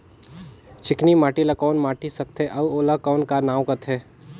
चिकनी माटी ला कौन माटी सकथे अउ ओला कौन का नाव काथे?